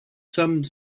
some